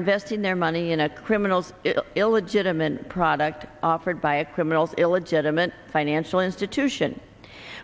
investing their money in a criminal's illegitimate product offered by a criminal illegitimate financial institution